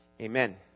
Amen